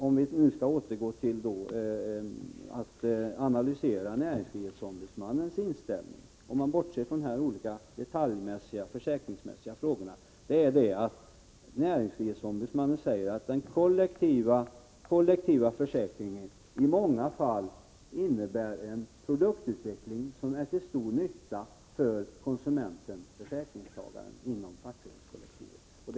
Om vi nu skall återgå till att analysera näringsfrihetsombudsmannens inställning och om vi bortser från försäkringsmässiga detaljer, måste det centrala ändå vara att näringsfrihetsombudsmannen säger att den kollektiva « försäkringen i många fall innebär en produktutveckling som är till stor nytta för konsumenten-försäkringstagaren inom fackföreningsrörelsen.